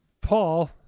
Paul